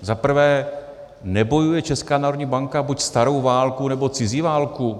Za prvé, nebojuje Česká národní banka buď starou válku, nebo cizí válku?